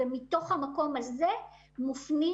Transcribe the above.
ומתוך המקומות האלה בני הנוער מופנים